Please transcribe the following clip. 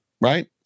right